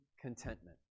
contentment